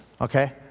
Okay